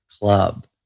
club